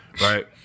Right